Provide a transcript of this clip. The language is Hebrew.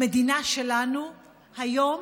במדינה שלנו היום